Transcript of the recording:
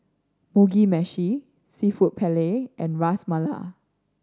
Mugi Meshi Seafood Paella and Ras Malai